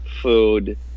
food